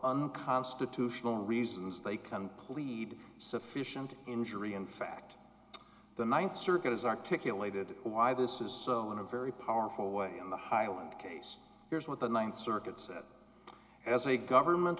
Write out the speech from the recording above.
unconstitutional reasons they can plead sufficient injury in fact the th circuit has articulated why this is so in a very powerful way in the highland case here's what the th circuit said as a government